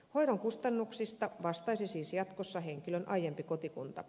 hoidon kustannuksista vastaisi siis jatkossa henkilön aiempi kotikunta